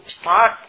start